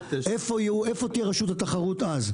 איפה תהיה רשות התחרות אז?